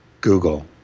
Google